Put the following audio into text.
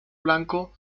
blanco